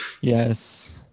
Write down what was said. Yes